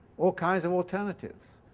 all kinds of alternatives,